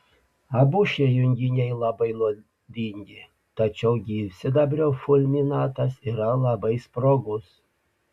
abu šie junginiai labai nuodingi tačiau gyvsidabrio fulminatas yra labai sprogus